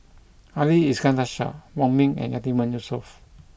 Ali Iskandar Shah Wong Ming and Yatiman Yusof